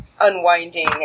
unwinding